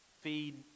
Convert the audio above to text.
feed